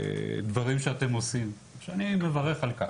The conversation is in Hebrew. דברים שאתם עושים, שאני מברך על כך.